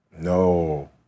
No